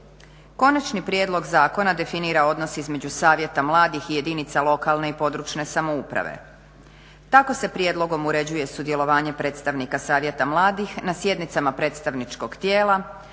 Konačni prijedlog zakona definira odnos između savjeta mladih i jedinica lokalne i područne samouprave. Tako se prijedlogom uređuje sudjelovanje predstavnika savjeta mladih na sjednicama predstavničkog tijela,